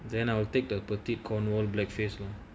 then I will take the boutique cornwall black face